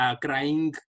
crying